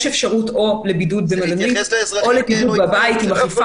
יש אפשרות לבידוד במלונית או לבידוד בבית עם אכיפה